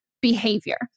behavior